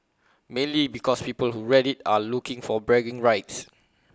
mainly because people who read IT are looking for bragging rights